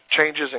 changes